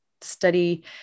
Study